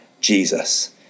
Jesus